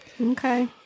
okay